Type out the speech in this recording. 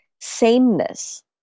sameness